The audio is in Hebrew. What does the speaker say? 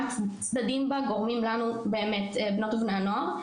הצדדים בה גורמים לנו באמת בנות ובני הנוער,